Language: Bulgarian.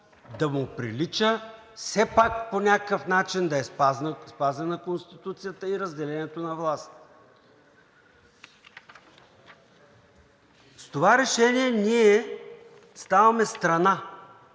да му прилича и все пак по някакъв начин да е спазена Конституцията и разделението на властите. С това решение ние ставаме страна